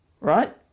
right